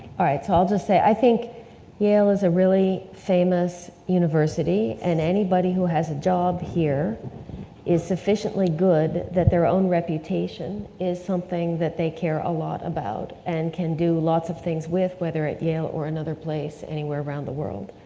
alright, so i'll just say i think yale is a really famous university, and anybody who has a job here is sufficiently good that their own reputation is something that they care a lot about and can do lots of things with, whether at yale or another place anywhere around the world.